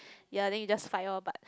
ya then he just fight lor but